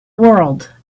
world